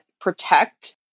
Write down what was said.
protect